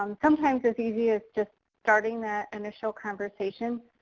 um sometimes it's easier just starting that initial conversation.